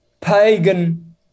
pagan